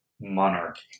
monarchy